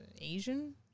Asian